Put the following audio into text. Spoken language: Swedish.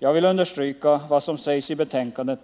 Jag vill understryka vad som sägs i betänkandet: